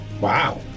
Wow